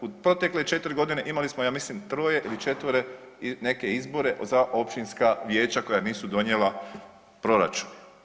U protekle 4 godine imali smo ja mislim 3 ili 4 neke izbore za općinska vijeća koja nisu donijela proračun.